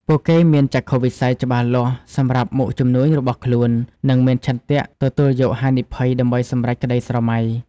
ពួកគេមានចក្ខុវិស័យច្បាស់លាស់សម្រាប់មុខជំនួញរបស់ខ្លួន និងមានឆន្ទៈទទួលយកហានិភ័យដើម្បីសម្រេចក្តីស្រមៃ។